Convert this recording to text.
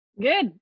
Good